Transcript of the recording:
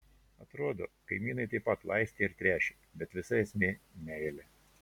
atrodo kaimynai taip pat laistė ir tręšė bet visa esmė meilė